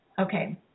okay